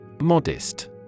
Modest